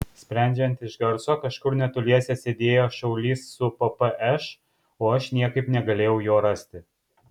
sprendžiant iš garso kažkur netoliese sėdėjo šaulys su ppš o aš niekaip negalėjau jo rasti